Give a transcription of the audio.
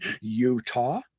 Utah